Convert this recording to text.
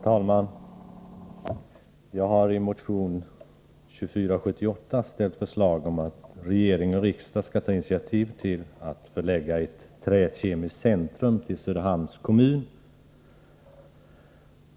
Herr talman! Jag har i motion 2478 föreslagit att regering och riksdag skall ta initiativ till att förlägga ett träkemiskt centrum till Söderhamns kommun.